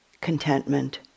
contentment